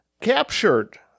captured